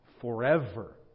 forever